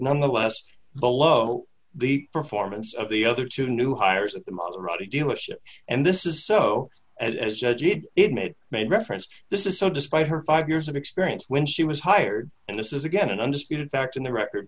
nonetheless below the performance of the other two new hires at the most ready dealership and this is so as it made may reference this is so despite her five years of experience when she was hired and this is again an undisputed fact in the record